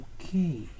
Okay